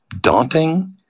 daunting